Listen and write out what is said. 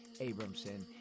abramson